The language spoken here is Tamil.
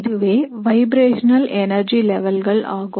இதுவே வைப்ரேஷனல் எனர்ஜி லெவல்கள் ஆகும்